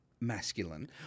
masculine